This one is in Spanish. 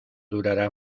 durará